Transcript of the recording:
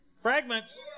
Fragments